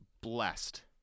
blessed